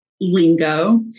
lingo